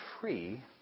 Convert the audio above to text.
free